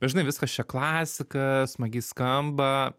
žinai viskas čia klasika smagiai skamba